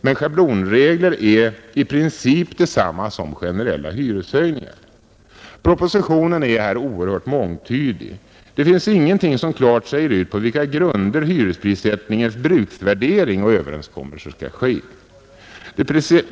Men schablonregler är i princip detsamma som generella hyreshöjningar. Propositionen är här oerhört mångtydig. Det finns ingenting som klart säger ut på vilka grunder hyresprissättningens bruksvärdering och överenskommelser skall ske.